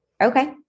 Okay